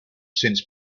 since